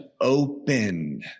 open